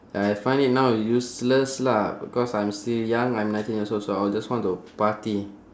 uh I find it now useless lah because I'm still young I'm nineteen years old so I will just want to party